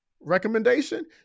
recommendation